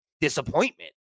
disappointment